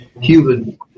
human